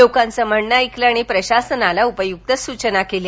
लोकांच म्हणण ऐकलं आणि प्रशासनाला उपयुक्त सूचना केल्या